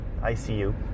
ICU